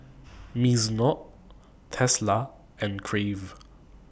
Mizuno Tesla and Crave